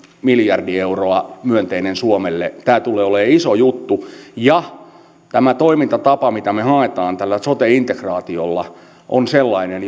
miljardi euroa myönteinen suomelle tämä tulee olemaan iso juttu ja tämä toimintatapa mitä me haemme tällä sote integraatiolla on sellainen